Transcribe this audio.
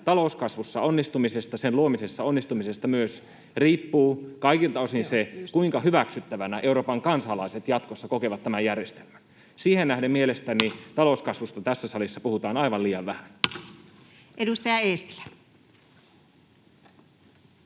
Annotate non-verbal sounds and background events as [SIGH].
talouskasvussa onnistumisesta, sen luomisessa onnistumisesta, myös riippuu kaikilta osin se, kuinka hyväksyttävänä Euroopan kansalaiset jatkossa kokevat tämän järjestelmän. Siihen nähden mielestäni [NOISE] talouskasvusta tässä salissa puhutaan aivan liian vähän. [Speech